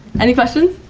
any questions?